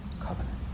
covenant